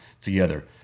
together